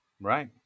Right